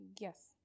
Yes